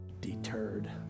deterred